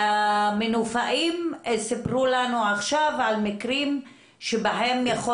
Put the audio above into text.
המנופאים סיפרו לנו עכשיו על מקרים שבהם יכול